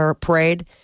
parade